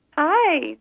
Hi